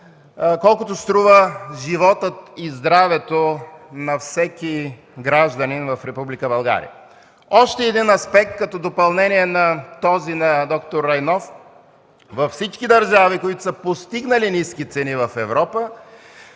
колкото струват животът и здравето на всеки гражданин в Република България. Още един аспект като допълнение на този на д-р Райнов. Във всички държави, които са постигнали ниски цени в Европа,